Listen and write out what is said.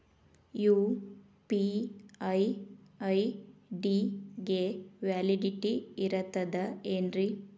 UPI ID ಗೆ validity ಇರತದ ಏನ್ರಿ?